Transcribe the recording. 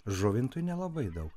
žuvintui nelabai daug